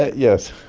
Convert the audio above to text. ah yes.